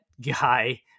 guy